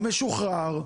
הוא משוחרר,